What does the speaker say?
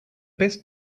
best